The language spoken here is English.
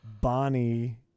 Bonnie